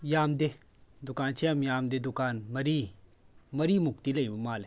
ꯌꯥꯝꯗꯦ ꯗꯨꯀꯥꯟꯁꯤ ꯌꯥꯝ ꯌꯥꯝꯗꯦ ꯗꯨꯀꯥꯟ ꯃꯔꯤ ꯃꯔꯤꯃꯨꯛꯇꯤ ꯂꯩꯕ ꯃꯥꯜꯂꯦ